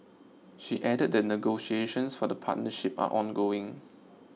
she added that negotiations for the partnership are ongoing